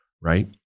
right